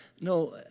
No